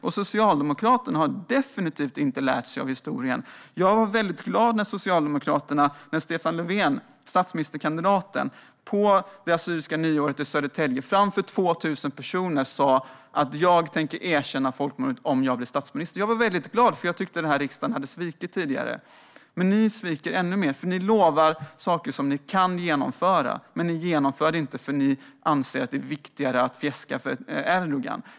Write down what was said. Och Socialdemokraterna har definitivt inte lärt sig av historien. Jag var glad när statsministerkandidaten Stefan Löfven, på det assyriska nyåret i Södertälje inför 2 000 personer, sa: Jag tänker erkänna folkmordet om jag blir statsminister. Jag var väldigt glad. Jag tyckte nämligen att riksdagen hade svikit tidigare. Men ni sviker ännu mer. Ni lovar saker som ni kan genomföra, men ni genomför det inte eftersom ni anser att det är viktigare att fjäska för Erdogan.